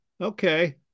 okay